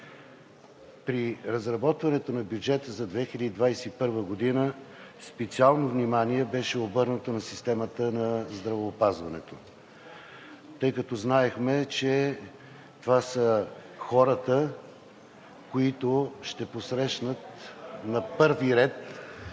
при разработването на бюджета за 2021 г. специално внимание беше обърнато на системата на здравеопазването, тъй като знаехме, че това са хората, които ще посрещнат на първи ред